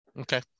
Okay